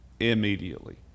Immediately